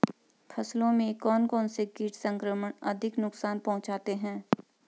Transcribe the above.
फसलों में कौन कौन से कीट संक्रमण अधिक नुकसान पहुंचाते हैं?